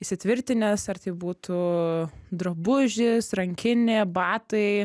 įsitvirtinęs ar tai būtų drabužis rankinė batai